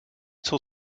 title